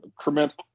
tremendous